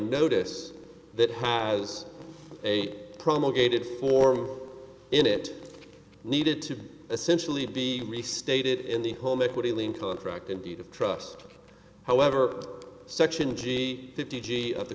notice that has a promulgated form in it needed to essentially be restated in the home equity lien contract in deed of trust however section g fifty g of the